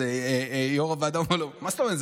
אז יו"ר הוועדה אומר לו: מה זאת אומרת?